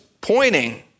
pointing